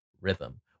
rhythm